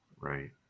Right